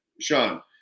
Sean